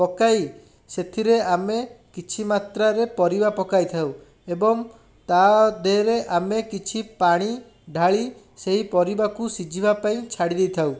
ପକାଇ ସେଥିରେ ଆମେ କିଛି ମାତ୍ରାରେ ପାରିବ ପକେଇଥାଉ ଏବଂ ତା ଦେହେରେ ଆମେ କିଛି ପାଣି ଢାଳି ସେହି ପରିବାକୁ ସିଝିବାକୁ ଛାଡ଼ି ଦେଇଥାଉ